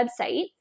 website